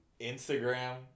Instagram